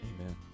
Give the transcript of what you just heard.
Amen